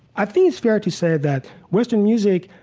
i think it's fair to say, that western music